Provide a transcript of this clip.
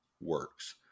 works